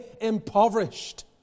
impoverished